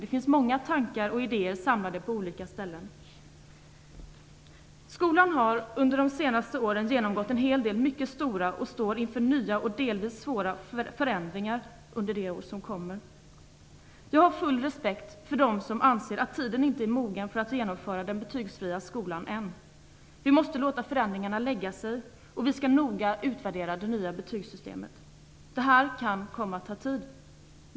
Det finns många tankar och idéer samlade på olika ställen. Skolan har under de senaste åren genomgått en hel del mycket stora förändringar och står inför nya och delvis svåra förändringar under det år som kommer. Jag har respekt för dem som anser att tiden inte är mogen för att genomföra den betygsfria skolan än. Vi måste låta förändringarna lägga sig. Vi skall noga utvärdera det nya betygssystemet. Det kan komma att ta tid.